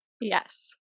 Yes